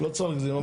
לא צריך להגזים.